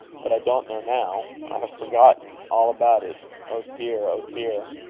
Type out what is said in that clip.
but i don't know now. i have forgotten all about it. oh dear! oh dear!